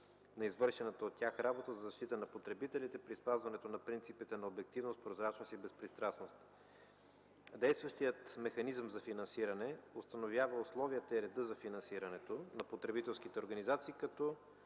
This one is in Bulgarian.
на извършената от тях работа за защита на потребителите при спазването на принципите на обективност, прозрачност и безпристрастност. Действащият механизъм за финансиране установява условията и реда за финансирането на потребителските организации, като